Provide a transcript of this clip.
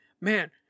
man